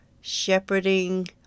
shepherding